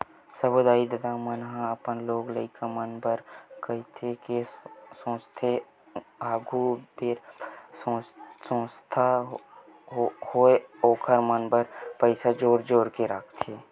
सब्बो दाई ददा मन ह अपन लोग लइका मन बर काहेच के सोचथे आघु बेरा बर सोचत होय ओखर मन बर पइसा जोर जोर के रखथे